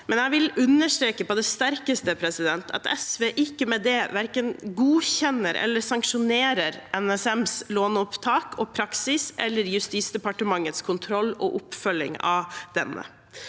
vil jeg understreke på det sterkeste at SV med det ikke godkjenner eller sanksjonerer verken NSMs låneopptak og praksis eller Justisdepartementets kontroll og oppfølging av denne.